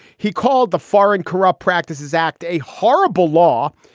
he called the foreign corrupt practices act a horrible law.